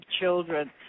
children